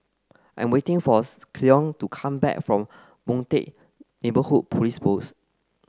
I'm waiting for Cleone to come back from Boon Teck Neighbourhood Police Post